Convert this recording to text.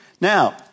Now